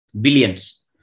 billions